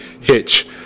hitch